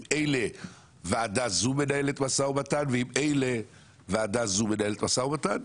עם אלה ועדה זו מנהלת משא-ומתן ואם אלה ועדה זו מנהלת משא-ומתן.